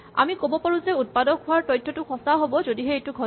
আমি ক'ব পাৰো যে ই উৎপাদক হোৱাৰ তথ্যটো সঁচা হ'ব যদিহে এইটো ঘটে